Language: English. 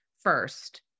first